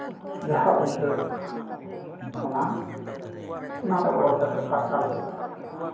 ᱡᱟᱦᱟᱸ ᱩᱭᱦᱟᱹᱨ ᱚᱱᱟ ᱨᱮ ᱚᱞ ᱠᱟᱛᱮ ᱯᱟᱨᱥᱟᱞ ᱦᱩᱭᱩᱜᱼᱟ